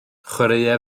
chwaraea